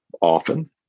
often